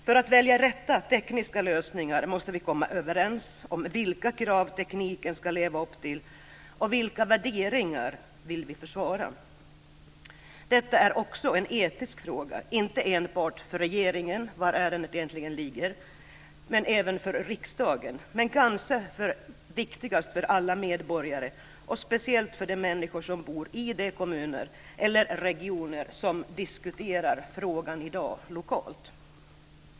För att välja rätta tekniska lösningar måste vi komma överens om vilka krav tekniken ska leva upp till och vilka värderingar som vi vill försvara. Detta är också en etisk fråga, inte enbart för regeringen - där ärendet ligger - och riksdagen, men även för alla medborgare och speciellt för de människor som bor i de kommuner eller regioner som diskuterar frågan i dag lokalt.